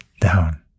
down